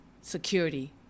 security